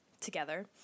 together